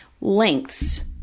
lengths